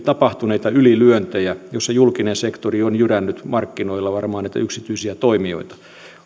ylilyöntejä joissa julkinen sektori on jyrännyt markkinoilla varmaan näitä yksityisiä toimijoita